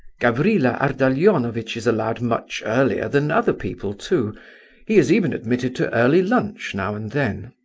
gavrila ardalionovitch is allowed much earlier than other people, too he is even admitted to early lunch now and then.